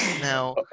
Now